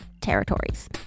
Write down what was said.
territories